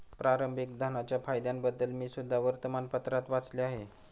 प्रारंभिक धनाच्या फायद्यांबद्दल मी सुद्धा वर्तमानपत्रात वाचले आहे